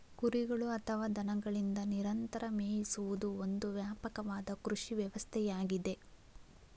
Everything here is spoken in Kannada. ಕುರಿಗಳು ಅಥವಾ ದನಗಳಿಂದ ನಿರಂತರ ಮೇಯಿಸುವುದು ಒಂದು ವ್ಯಾಪಕವಾದ ಕೃಷಿ ವ್ಯವಸ್ಥೆಯಾಗಿದೆ